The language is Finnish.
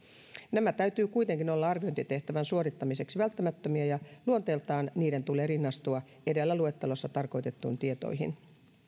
näiden täytyy kuitenkin olla arviointitehtävän suorittamiseksi välttämättömiä ja luonteeltaan niiden tulee rinnastua edellä luettelossa tarkoitettuihin tietoihin